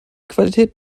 qualität